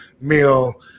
meal –